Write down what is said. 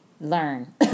learn